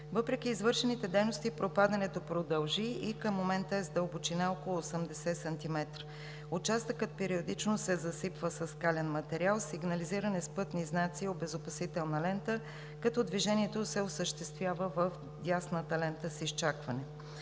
Въпреки извършените дейности пропадането продължи и към момента е с дълбочина около 80 см. Участъкът периодично се засипва със скален материал, сигнализиран е с пътни знаци и обезопасителна лента, като движението се осъществява в дясната лента с изчакване.